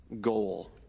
goal